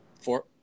four